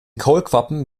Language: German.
kaulquappen